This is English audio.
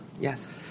Yes